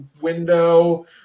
window